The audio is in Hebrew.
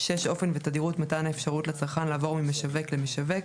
(6)אופן ותדירות מתן האפשרות לצרכן לעבור ממשווק למשווק,